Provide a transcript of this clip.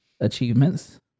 achievements